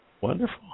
Wonderful